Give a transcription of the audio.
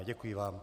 Děkuji vám.